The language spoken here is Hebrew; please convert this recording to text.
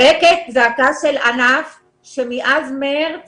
אני זועקת זעקה של ענף שמאז מארס